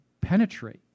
penetrate